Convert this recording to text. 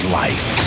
life